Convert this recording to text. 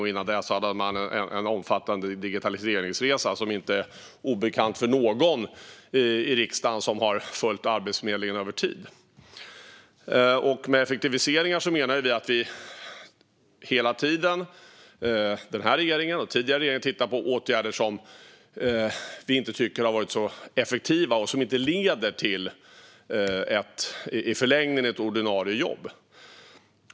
Dessförinnan gjorde man dessutom en omfattande digitaliseringsresa, vilket inte är obekant för någon i riksdagen som har följt Arbetsförmedlingen över tid. Med effektiviseringar menar vi att denna regering - liksom den tidigare regeringen - hela tiden tittar på åtgärder som vi inte tycker har varit så effektiva och som inte i förlängningen leder till ett ordinarie jobb.